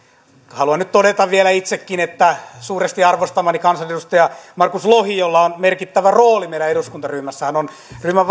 haluan nyt todeta vielä itsekin että olen suuresti arvostamani kansanedustaja markus lohen jolla on merkittävä rooli meidän eduskuntaryhmässämme ryhmän